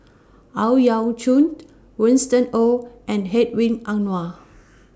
Ang Yau Choon Winston Oh and Hedwig Anuar